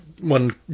One